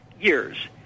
years